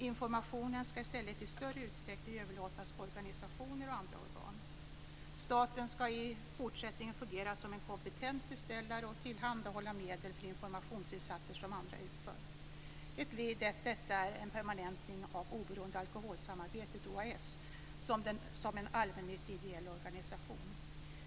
Informationen ska i stället i större utsträckning överlåtas på organisationer och andra organ. Staten ska i fortsättningen fungera som en kompetent beställare och tillhandahålla medel för informationsinsatser som andra utför. Ett led i detta är en permanentning av Oberoende alkoholsamarbete, OAS, som en allmännyttig ideell organisation.